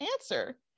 answer